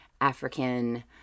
African